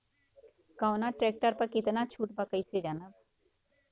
कवना ट्रेक्टर पर कितना छूट बा कैसे जानब?